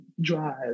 drive